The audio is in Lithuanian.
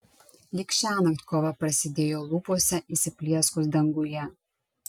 lyg šiąnakt kova prasidėjo lūpose įsiplieskus danguje